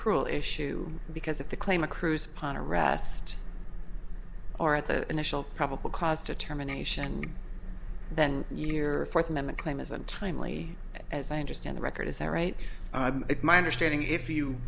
accrual issue because if the claim accrues upon arrest or at the initial probable cause determination then your fourth amendment claim is untimely as i understand the record as i write it my understanding if you